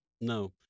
no